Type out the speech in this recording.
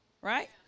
right